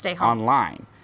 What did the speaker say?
online